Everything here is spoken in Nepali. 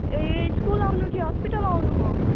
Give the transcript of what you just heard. ए स्कुल आउनु कि हस्पिटल आउनु म